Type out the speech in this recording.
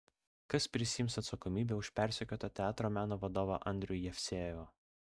kas prisiims atsakomybę už persekiotą teatro meno vadovą andrių jevsejevą